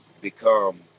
become